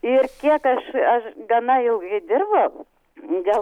ir kiek aš aš gana ilgai dirbau gal